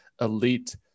elite